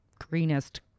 greenest